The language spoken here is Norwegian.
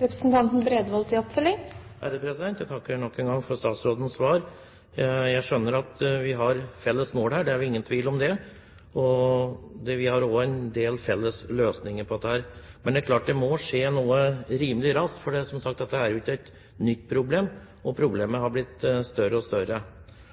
Jeg takker nok en gang for statsrådens svar. Jeg skjønner at vi har felles mål her. Det er ingen tvil om det. Vi har også en del felles løsninger på dette. Men det er klart at det må skje noe rimelig raskt, for dette er jo ikke noe nytt problem, og problemet har bare blitt større og større.